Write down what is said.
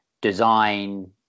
design